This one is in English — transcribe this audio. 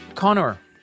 Connor